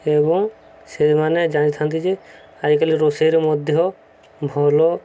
ଏବଂ ସେମାନେ ଜାଣିଥାନ୍ତି ଯେ ଆଜିକାଲି ରୋଷେଇରେ ମଧ୍ୟ ଭଲ